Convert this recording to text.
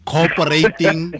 Cooperating